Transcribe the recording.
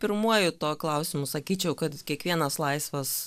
pirmuoju tuo klausimu sakyčiau kad kiekvienas laisvas